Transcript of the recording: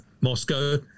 Moscow